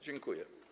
Dziękuję.